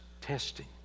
testing